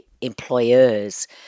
employers